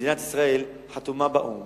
מדינת ישראל חתומה באו"ם